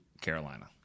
Carolina